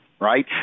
right